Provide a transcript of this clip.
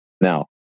Now